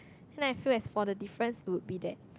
now I feel as for the difference would be that